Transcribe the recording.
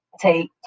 take